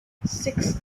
six